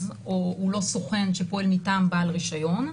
או הוא לא סוכן שפועל מטעם בעל רישיון,